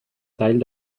teil